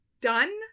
Done